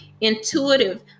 intuitive